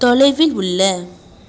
தொலைவில் உள்ள